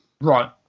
right